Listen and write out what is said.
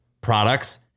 products